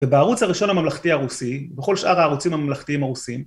ובערוץ הראשון הממלכתי הרוסי, בכל שאר הערוצים הממלכתיים הרוסים.